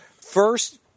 first